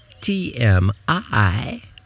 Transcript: TMI